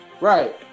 right